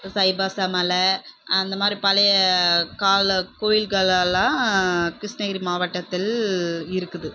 சைபாசா மலை அந்த மாதிரி பழைய கால கோயில்களெல்லாம் கிருஷ்ணகிரி மாவட்டத்தில் இருக்குது